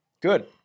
Good